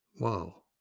Wow